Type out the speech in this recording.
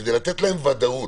כדי לתת להם ודאות.